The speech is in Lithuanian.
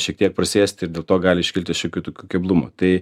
šiek tiek prasėsti ir dėl to gali iškilti šiokių tokių keblumų tai